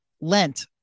lent